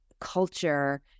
culture